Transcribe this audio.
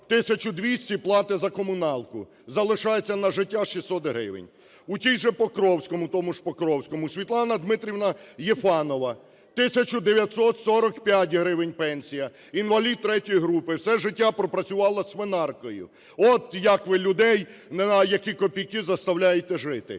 200 платить за комуналку, залишається на життя 600 гривень. У тому ж Покровському. Світлана ДмитрівнаЄфанова: 1 тисяча 945 гривень пенсія, інвалід ІІІ групи, все життя пропрацювала свинаркою. От як ви людей, на які копійки заставляєте жити.